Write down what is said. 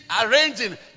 arranging